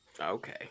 okay